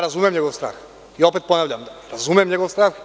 Razumem njegov strah i opet ponavljam da razumem njegov strah.